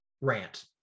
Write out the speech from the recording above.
rant